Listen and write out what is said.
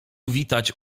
witać